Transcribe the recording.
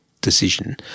decision